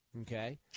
Okay